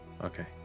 Okay